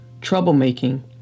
troublemaking